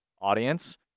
audience